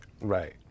right